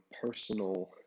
personal